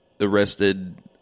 Arrested